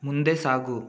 ಮುಂದೆ ಸಾಗು